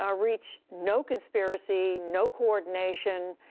ah reached no conspiracy, no coordination.